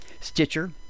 Stitcher